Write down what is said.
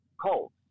cold